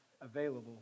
available